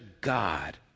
God